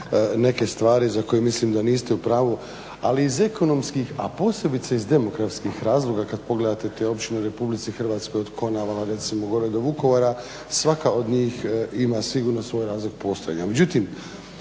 neke stvari za koje mislim da niste u pravu, ali iz ekonomskih, a posebice iz demografskih razloga kada pogledate te općine u RH, od … recimo gore do Vukovara, svaka od njih ima sigurno svoj razlog postojanja.